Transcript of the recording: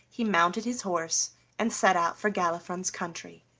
he mounted his horse and set out for galifron's country.